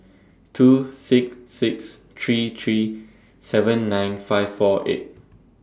two six six three three seven nine five four eight